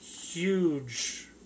huge